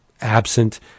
absent